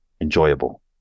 enjoyable